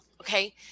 Okay